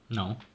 now